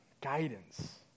Guidance